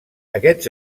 aquests